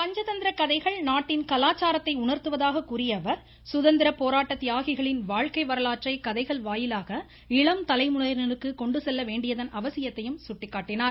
பஞ்சதந்திர கதைகள் நாட்டின் கலாச்சாரத்தை உணர்த்துவதாகவும் சுதந்திர போராட்ட தியாகிகளின் வாழ்க்கை வரலாற்றை கதைகள் வாயிலாக இளம் தலைமுறையினருக்கு கொண்டு செல்வதன் அவசியத்தையும் பிரதமர் சுட்டிக்காட்டினார்